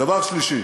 דבר שלישי,